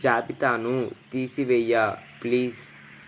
జాబితాను తీసివేయ ప్లీస్